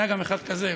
היה גם אחד כזה,